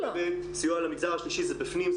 הסיוע למגזר השלישי זה בפנים,